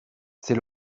c’est